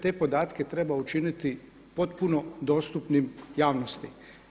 Te podatke treba učiniti potpuno dostupnim javnosti.